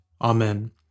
Amen